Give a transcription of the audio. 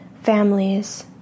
families